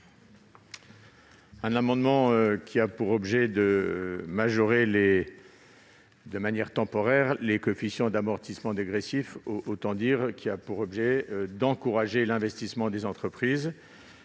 Cet amendement a pour objet de majorer de manière temporaire les coefficients d'amortissement dégressif. Il vise donc à encourager l'investissement des entreprises,